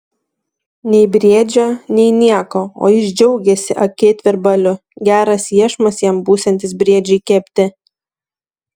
nei briedžio nei nieko o jis džiaugiasi akėtvirbaliu geras iešmas jam būsiantis briedžiui kepti